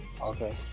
Okay